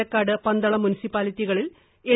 പാലക്കാട് പന്തളം മുനിസിപ്പാലിറ്റികളിൽ എൻ